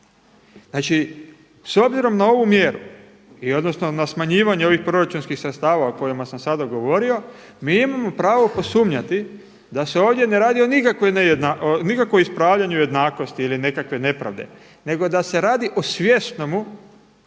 Znači s obzirom na ovu mjeru i odnosno na smanjivanje ovih proračunski sredstava o kojima sam sada govorimo mi imamo pravo posumnjati da se ovdje ne radi o nikakvom ispravljanju jednakosti ili nekakve nepravde nego da se radi o svjesnomu